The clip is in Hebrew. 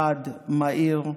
חד, מהיר,